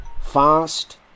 Fast